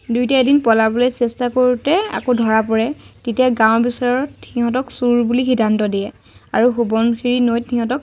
দুয়োটাই এদিন পলাবলৈ চেষ্টা কৰোঁতে আকৌ ধৰা পৰে তেতিয়া গাওঁৰ বিচাৰত সিহঁতক চুৰ বুলি সিদ্ধান্ত দিয়ে আৰু সোবণশিৰি নৈত সিহঁতক